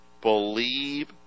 believe